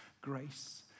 grace